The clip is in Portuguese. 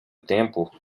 tempo